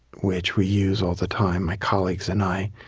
which we use all the time, my colleagues and i,